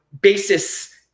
basis